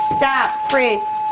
stop. freeze.